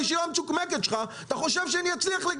היינו ארבעה חברים